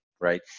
right